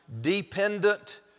dependent